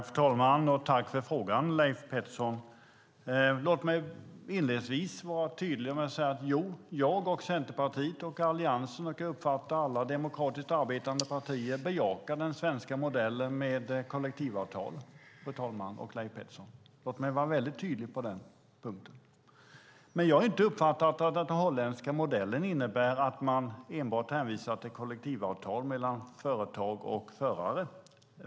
Fru talman! Tack för frågan, Leif Pettersson! Låt mig inledningsvis vara tydlig och säga: Jag, Centerpartiet, Alliansen och som jag uppfattar alla demokratiskt arbetande partier bejakar den svenska modellen med kollektivavtal, fru talman och Leif Pettersson. Låt mig som sagt vara tydlig på den punkten. Jag har inte uppfattat att den holländska modellen innebär att man enbart hänvisar till kollektivavtal mellan företag och förare.